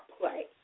play